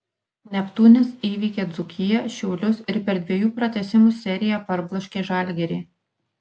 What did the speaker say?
neptūnas įveikė dzūkiją šiaulius ir per dviejų pratęsimų seriją parbloškė žalgirį